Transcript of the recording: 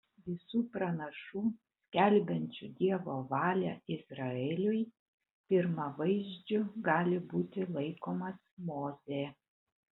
visų pranašų skelbiančių dievo valią izraeliui pirmavaizdžiu gali būti laikomas mozė